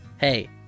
hey